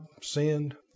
sinned